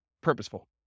purposeful